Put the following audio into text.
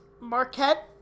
Marquette